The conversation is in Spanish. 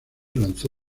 lanzó